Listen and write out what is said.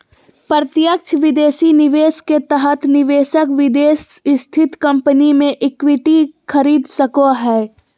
प्रत्यक्ष विदेशी निवेश के तहत निवेशक विदेश स्थित कम्पनी मे इक्विटी खरीद सको हय